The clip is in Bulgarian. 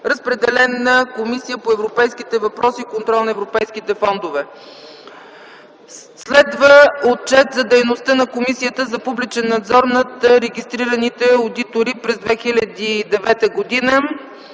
Разпределен е на Комисията по европейските въпроси и контрол на европейските фондове. Следва Отчет за дейността на Комисията за публичен надзор над регистрираните одитори през 2009 г.